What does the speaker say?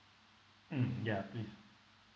mm yeah please